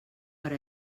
per